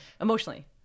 Emotionally